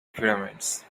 pyramids